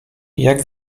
jak